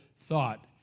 thought